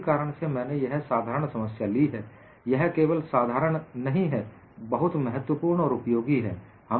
इसी कारण से मैंने यह साधारण समस्या ली है यह केवल साधारण ही नहीं है बहुत महत्वपूर्ण और उपयोगी है